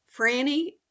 Franny